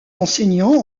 enseignant